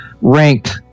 Ranked